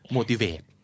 Motivate